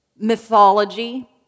mythology